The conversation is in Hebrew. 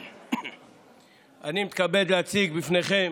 אני מתכבד להציג בפניכם